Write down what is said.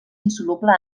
insoluble